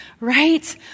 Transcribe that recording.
Right